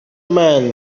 man